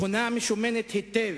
מכונה משומנת היטב,